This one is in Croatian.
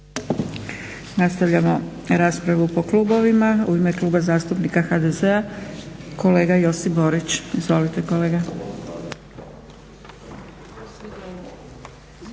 Nastavljamo raspravu po klubovima. U ime Kluba zastupnika HDZ-a, kolega Josip Borić. Izvolite kolega.